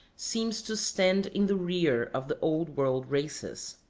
seems to stand in the rear of the old world races.